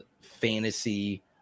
fantasy